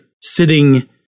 sitting